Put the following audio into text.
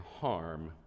harm